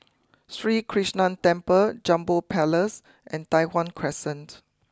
Sri Krishnan Temple Jambol Palace and Tai Hwan Crescent